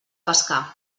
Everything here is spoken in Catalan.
pescar